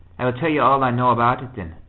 i will tell you all i know about it then.